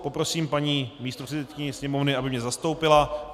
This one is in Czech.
Prosím paní místopředsedkyni Sněmovny, aby mě zastoupila.